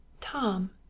Tom